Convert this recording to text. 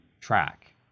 track